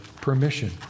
permission